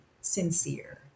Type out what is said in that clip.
sincere